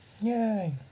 Yay